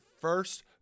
first